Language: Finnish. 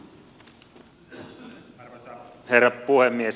arvoisa herra puhemies